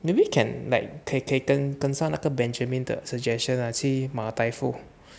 maybe can like take 可以跟跟上那个 benjamin 的 suggestion lah 去马尔代夫